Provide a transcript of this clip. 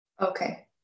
Okay